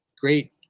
great